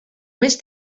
més